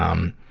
um,